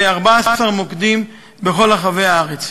ב-14 מוקדים בכל רחבי הארץ.